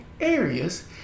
areas